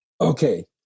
Okay